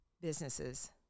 businesses